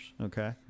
Okay